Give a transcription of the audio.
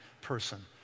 person